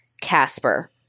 Casper